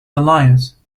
alias